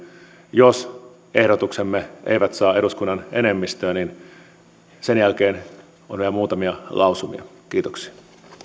jos ehdotuksemme eivät saa eduskunnan enemmistöä sen jälkeen on vielä muutamia lausumia kiitoksia